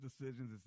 decisions